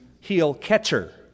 heel-catcher